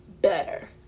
better